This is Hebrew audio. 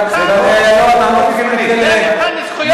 זה ייתן לי זכויות?